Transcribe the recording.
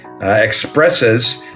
expresses